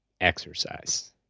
exercise